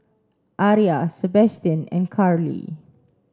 Aria Sebastian and Carli